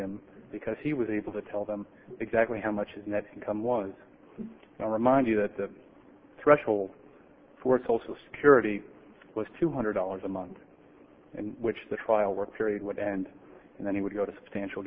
him because he was able to tell them exactly how much his net income was remind you that the threshold for social security was two hundred dollars a month in which the trial work period would end and then he would go to substantial